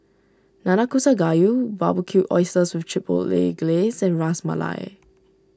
Nanakusa Gayu Barbecued Oysters with Chipotle Glaze and Ras Malai